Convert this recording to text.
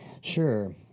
Sure